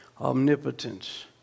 omnipotence